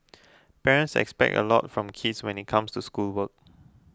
parents expect a lot from kids when it comes to schoolwork